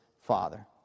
father